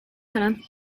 harán